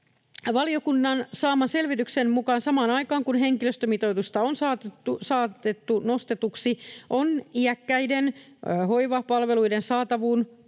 Valiokunnan saaman selvityksen mukaan samaan aikaan, kun henkilöstömitoitusta on saatu nostetuksi, on iäkkäiden hoivapalveluiden saatavuus